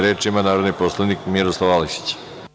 Reč ima narodni poslanik Miroslav Aleksić.